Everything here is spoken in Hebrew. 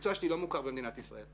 המקצוע שלי לא מוכר במדינת ישראל.